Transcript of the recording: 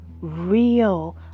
real